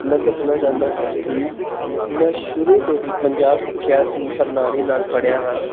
ਮੈਂ ਦੱਸਣਾ ਚਾਹੁੰਦਾ ਹਾਂ ਕਿ ਮੈਂ ਸ਼ੁਰੂ ਤੋਂ ਹੀ ਪੰਜਾਬ ਸਿੱਖਿਆ ਪ੍ਰਣਾਲੀ ਨਾਲ ਪੜ੍ਹਿਆ ਹਾਂ